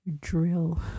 drill